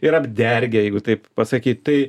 ir apdergia jeigu taip pasakyt tai